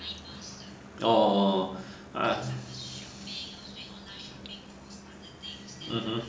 orh orh ah (uh huh)